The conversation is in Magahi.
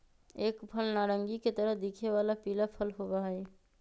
एक फल नारंगी के तरह दिखे वाला पीला फल होबा हई